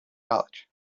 college